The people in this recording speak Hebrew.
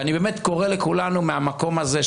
ואני באמת קורא לכולנו מהמקום הזה,